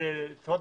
לעמדתי